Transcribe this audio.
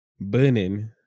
burning